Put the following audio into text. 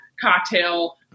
cocktail